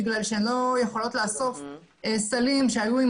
בגלל שהן לא יכולות לאסוף סלים שהיו עם